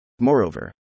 Moreover